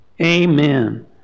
Amen